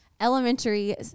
elementary